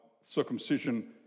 circumcision